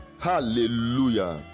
Hallelujah